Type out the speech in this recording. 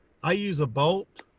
i use a bolt.